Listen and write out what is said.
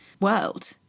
world